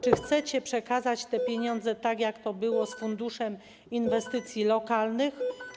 Czy chcecie przekazać te pieniądze, tak jak to było z funduszem inwestycji lokalnych?